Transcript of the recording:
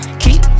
keep